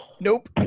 Nope